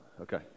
Okay